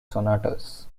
sonatas